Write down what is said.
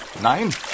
nein